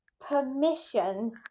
permission